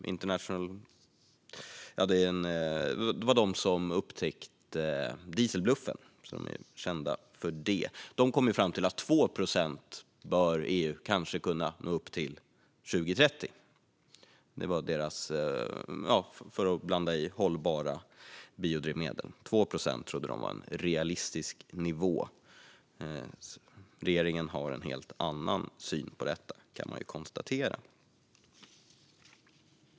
Det var de som upptäckte dieselbluffen. I rapporten kommer de fram till att EU kanske bör kunna nå upp till 2 procents inblandning av hållbara biodrivmedel till 2030. De tror alltså att 2 procent är en realistisk nivå. Regeringen har en helt annan syn på detta, kan man konstatera.